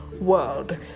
world